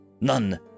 None